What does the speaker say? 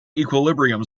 equilibrium